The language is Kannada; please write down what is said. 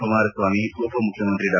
ಕುಮಾರಸ್ವಾಮಿ ಉಪಮುಖ್ಯಮಂತ್ರಿ ಡಾ